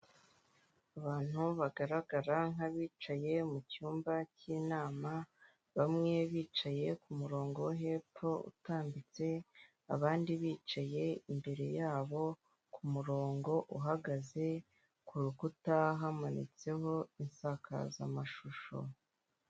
Abantu bagaragara nkabicaye mucyumba c'yinama bamwe bicaye kumurongo wo hepfo utambitse abandi bicaye imbere yabo k'umurongo uhagaze kurukuta ahamanitseho isakazamashusho .